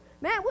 Man